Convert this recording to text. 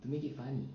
to make it funny